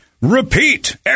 repeat